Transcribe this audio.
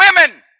women